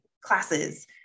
classes